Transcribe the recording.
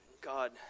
God